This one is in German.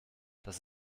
das